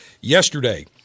yesterday